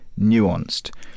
nuanced